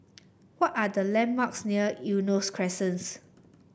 what are the landmarks near Eunos Crescent